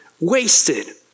wasted